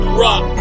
rock